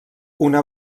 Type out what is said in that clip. una